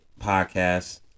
Podcast